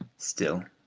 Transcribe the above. still,